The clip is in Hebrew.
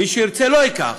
מי שלא ירצה לא ייקח.